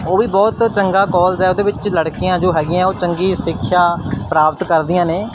ਉਹ ਵੀ ਬਹੁਤ ਚੰਗਾ ਕਾਲਜ ਹੈ ਉਹਦੇ ਵਿੱਚ ਲੜਕੀਆਂ ਜੋ ਹੈਗੀਆਂ ਉਹ ਚੰਗੀ ਸਿੱਖਿਆ ਪ੍ਰਾਪਤ ਕਰਦੀਆਂ ਨੇ